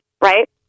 right